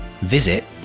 visit